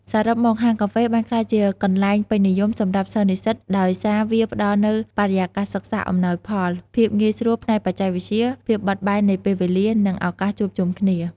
សរុបមក ហាងកាហ្វេបានក្លាយជាកន្លែងពេញនិយមសម្រាប់សិស្សនិស្សិត ដោយសារវាផ្ដល់នូវបរិយាកាសសិក្សាអំណោយផល ភាពងាយស្រួលផ្នែកបច្ចេកវិទ្យា ភាពបត់បែននៃពេលវេលា និងឱកាសជួបជុំគ្នា។